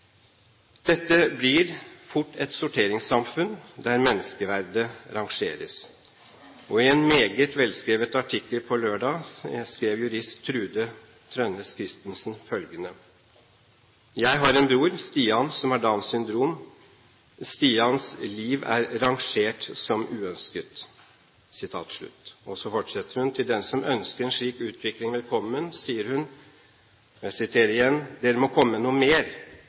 Dette blir fort et sorteringssamfunn, der menneskeverdet rangeres. I en meget velskrevet artikkel på lørdag skrev jurist Trude Trønnes-Christensen følgende: «Jeg har en bror, Stian, som har Downs syndrom. Stians liv er rangert som uønsket.» Videre sier hun til dem som ønsker en slik utvikling velkommen, at de må komme med noe mer,